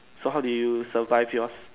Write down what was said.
so how did you survive yours